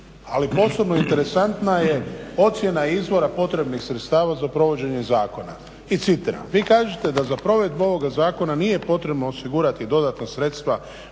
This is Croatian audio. ali posebno interesantna je ocjena izvora potrebnih sredstava za provođenje zakona i citiram. Vi kažete da za provedbu ovoga zakona nije potrebno osigurati dodatna sredstva